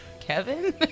Kevin